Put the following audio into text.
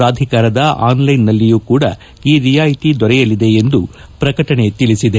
ಪ್ರಾಧಿಕಾರದ ಆನ್ ಲೈನ್ನಲ್ಲಿಯೂ ಕೂಡ ಈ ರಿಯಾಯಿತಿ ದೊರೆಯಲಿದೆ ಎಂದು ಪ್ರಕಟಣೆ ತಿಳಿಸಿದೆ